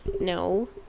no